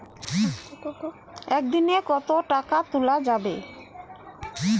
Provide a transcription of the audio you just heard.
একদিন এ কতো টাকা তুলা যাবে?